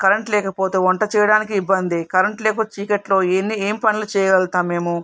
current లేకపోతే వంట చేయడానికి ఇబ్బంది కరెంటు లేకపోతే చీకట్లో ఏ ఏం పనులు చేయగలుగుతాము మేము